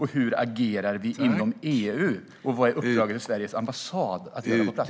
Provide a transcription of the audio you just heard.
Hur agerar vi inom EU? Vad är uppdraget till Sveriges ambassad att göra på plats?